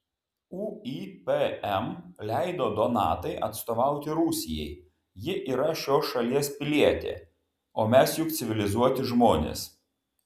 uipm leido donatai atstovauti rusijai ji yra šios šalies pilietė o mes juk civilizuoti žmonės